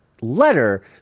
letter